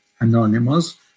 anonymous